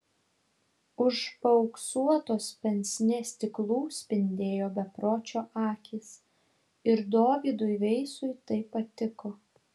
už paauksuotos pensnė stiklų spindėjo bepročio akys ir dovydui veisui tai patiko